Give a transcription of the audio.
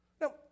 Now